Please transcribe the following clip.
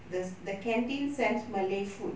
the the canteen sells malay food